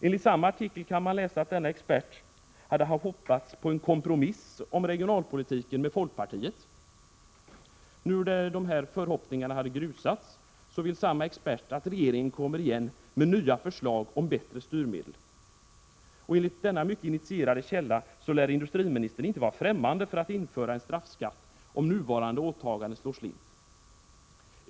Enligt samma artikel hade socialdemokraterna hoppats på en kompromiss om regionalpolitiken med folkpartiet. När nu dessa förhoppningar grusats, vill samma expert att regeringen kommer igen med nya förslag om bättre styrmedel. Enligt denna mycket initierade källa lär industriministern inte vara främmande för att införa en straffskatt om nuvarande åtaganden slår slint.